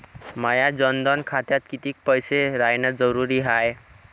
माया जनधन खात्यात कितीक पैसे रायन जरुरी हाय?